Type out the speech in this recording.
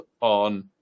on